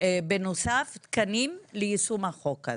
בנוסף תקנים ליישום החוק הזה.